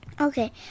Okay